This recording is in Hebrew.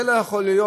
זה לא יכול להיות,